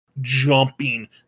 jumping